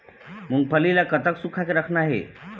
मूंगफली ला कतक सूखा के रखना हे?